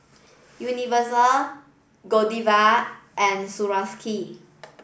Universal Godiva and Swarovski